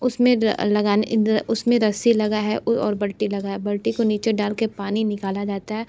उसमें लगाने उसमें रस्सी लगा है और बाल्टी लगा है बाल्टी को नीचे डाल कर पानी निकाला जाता है